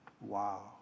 Wow